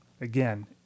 Again